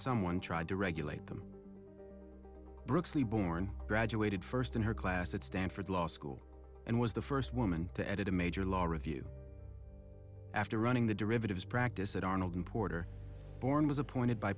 someone tried to regulate them brooksley born graduated first in her class at stanford law school and was the first woman to edit a major law review after running the derivatives practice at arnold and porter bourne was appointed by